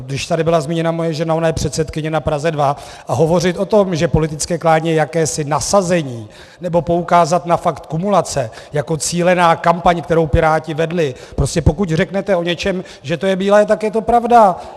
Když tady byla zmíněna moje žena, ona je předsedkyně na Praze 2, a hovořit o tom, že politické klání je jakési nasazení, nebo poukázat na fakt kumulace jako cílenou kampaň, kterou Piráti vedli prostě pokud řeknete o něčem, že to je bílé, tak je to pravda.